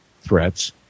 threats